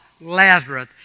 Lazarus